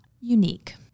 unique